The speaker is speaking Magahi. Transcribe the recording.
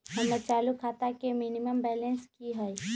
हमर चालू खाता के मिनिमम बैलेंस कि हई?